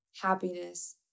happiness